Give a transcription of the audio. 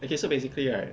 okay so basically right